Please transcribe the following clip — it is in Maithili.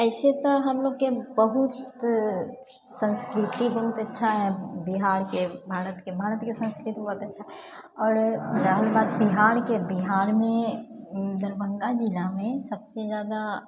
ऐसे तऽ हमलोगके बहुत संस्कृति बहुत अच्छा यऽ बिहारके भारतके भारतके संस्कृति बहुत अच्छा आओर रहल बात बिहारके बिहारमे दरभङ्गा जिलामे सबसँ जादा